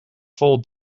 vol